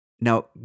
Now